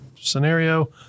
scenario